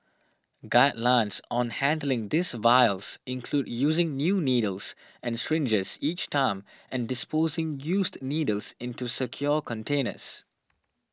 guidelines on handling these vials include using new needles and syringes each time and disposing used needles into secure containers